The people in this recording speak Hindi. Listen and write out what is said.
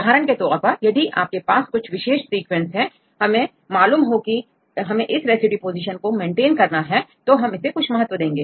उदाहरण के तौर पर यदि आपके पास एक विशेष सीक्वेंस है और हमें मालूम हो की हमें इस रेसिड्यू पोजीशन को मेंटेन करना है तो हम इसे कुछ महत्व देंगे